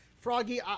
Froggy